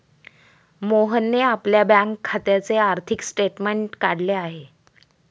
मोहनने आपल्या बँक खात्याचे आर्थिक स्टेटमेंट काढले